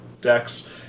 decks